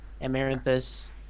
Amaranthus